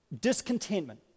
discontentment